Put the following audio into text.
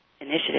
initiative